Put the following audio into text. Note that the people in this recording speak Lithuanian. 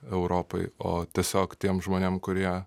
europai o tiesiog tiem žmonėm kurie